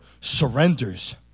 surrenders